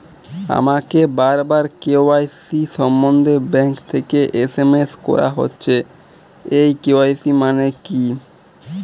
আমাকে বারবার কে.ওয়াই.সি সম্বন্ধে ব্যাংক থেকে এস.এম.এস করা হচ্ছে এই কে.ওয়াই.সি মানে কী?